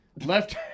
left